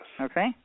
Okay